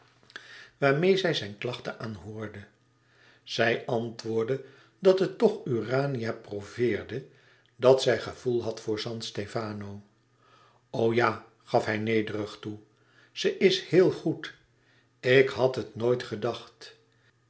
waarmeê ze zijn klachten aanhoorde zij antwoordde dat het toch voor urania prouveerde dat zij gevoel had voor san stefano o ja gaf hij nederig toe ze is heel goed ik had het nooit gedacht